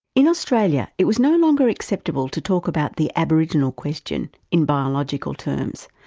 in australia, it was no longer acceptable to talk about the aboriginal question in biological terms.